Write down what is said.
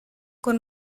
con